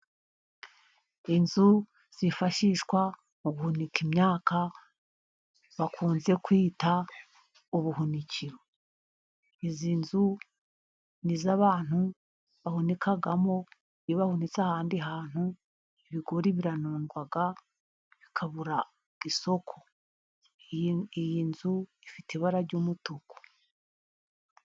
Inzu zifashishwa mu guhunika imyaka bakunze kwita ubuhunikiro. Izi nzu ni izo abantu bahunikamo, iyo bahunitse ahandi hantu, ibigori biramungwa bikabura isoko. Iyi nzu ifite ibara ry'umutuku.